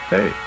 Hey